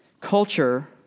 culture